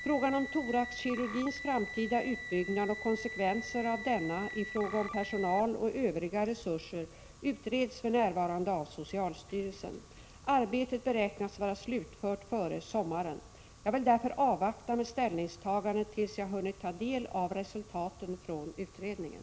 Frågan om thoraxkirurgins framtida utbyggnad och konsekvenserna av denna i fråga om personal och övriga resurser utreds för närvarande av socialstyrelsen. Arbetet beräknas vara slutfört före sommaren. Jag vill därför avvakta med ställningstagande tills jag hunnit ta del av resultaten från utredningen.